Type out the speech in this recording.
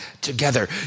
together